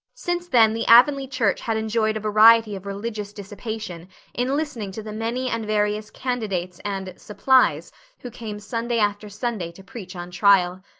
since then the avonlea church had enjoyed a variety of religious dissipation in listening to the many and various candidates and supplies who came sunday after sunday to preach on trial.